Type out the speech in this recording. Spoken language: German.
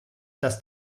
dass